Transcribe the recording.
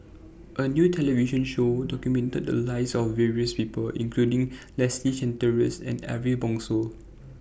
A New television Show documented The Lives of various People including Leslie Charteris and Ariff Bongso